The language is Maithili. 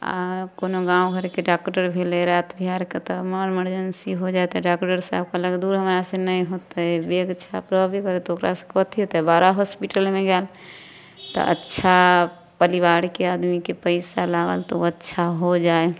आओर कोनो गामघरके डॉक्टर भेलै राति बिरातिके तऽ मर इमरजेन्सी होइ जाइए तऽ डॉक्टर साहब कहलक धुर हमरासे नहि होतै बैगछाप रहबे करै तऽ ओकरासे कथी होतै बड़ा हॉस्पिटलमे गेल तऽ अच्छा परिवारके आदमीके पइसा लागल तऽ ओ अच्छा हो जाए